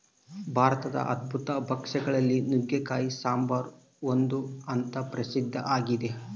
ಭಾರತದ ಅದ್ಭುತ ಭಕ್ಷ್ಯ ಗಳಲ್ಲಿ ನುಗ್ಗೆಕಾಯಿ ಸಾಂಬಾರು ಒಂದು ಅಂತ ಪ್ರಸಿದ್ಧ ಆಗಿದೆ